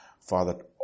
Father